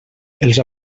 els